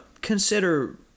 consider